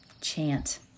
chant